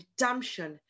redemption